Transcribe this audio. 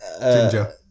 ginger